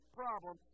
problem